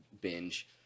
binge